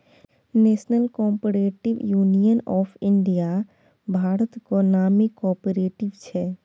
national cooperative union of India भारतक नामी cooperative छै